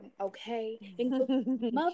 okay